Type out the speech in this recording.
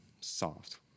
Soft